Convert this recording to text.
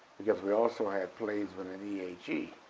because we also had plays within ehe,